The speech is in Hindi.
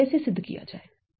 तो यह कैसे सिद्ध किया जाए